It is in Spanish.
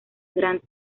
gran